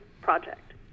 project